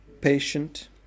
patient